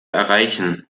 erreichen